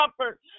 comfort